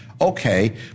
Okay